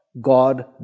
God